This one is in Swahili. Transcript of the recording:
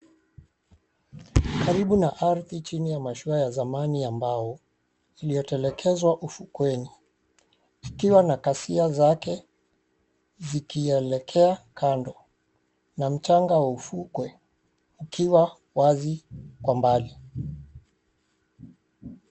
Karibu na ardhi chini ya mashua ya zamani ya mbao, iliyotelekezwa ufukweni ikiwa na kasia zake zikielekea kando na mchanga wa ufukwe ukiwa wazi kwa mbali.